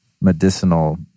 medicinal